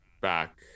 back